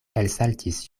elsaltis